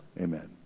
Amen